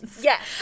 Yes